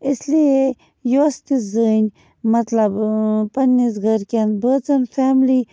اِس لیے یۄس تہِ زٔنۍ مطلب پنٛنِس گَرِکٮ۪ن بٲژن فیملی